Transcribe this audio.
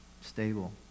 stable